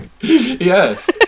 Yes